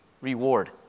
reward